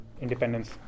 independence